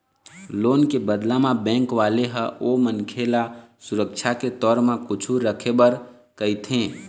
loan के बदला म बेंक वाले ह ओ मनखे ल सुरक्छा के तौर म कुछु रखे बर कहिथे